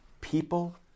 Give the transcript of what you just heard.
people